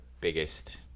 biggest